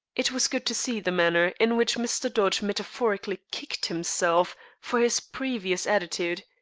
it was good to see the manner in which mr. dodge metaphorically kicked himself for his previous attitude.